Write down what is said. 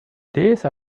these